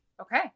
Okay